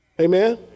Amen